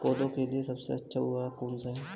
पौधों के लिए सबसे अच्छा उर्वरक कौन सा है?